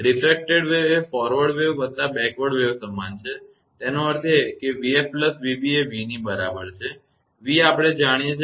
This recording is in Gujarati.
રીફ્રેકટેડ વેવ એ ફોરવર્ડ વેવ વત્તા બેકવર્ડ વેવ સમાન છે તેનો અર્થ એ કે 𝑣𝑓 𝑣𝑏 એ v ની બરાબર છે v આપણે જાણીએ છીએ